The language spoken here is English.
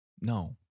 No